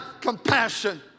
compassion